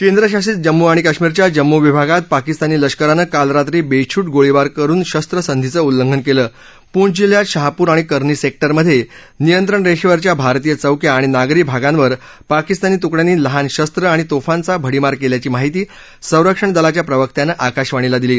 केंद्रशासित जम्मू कश्मीरच्या जम्मू विभागात पाकिस्तानी लष्करानक्रिाल रात्री बेछूट गोळीबार करून शस्त्रस्रीवउल्लास केल पूर्व जिल्ह्यात शाहपूर आणि करनी सेक्टरमध्ये नियक्षि रेषेवरच्या भारतीय चौक्या आणि नागरी भागाद्वि पाकिस्तानी तुकड्यातीी लहान शस्त्र आणि तोफाद्वी भडीमार केल्याची माहिती सहिण दलाच्या प्रवक्त्यान िवाकाशवाणीला दिली